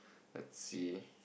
let's see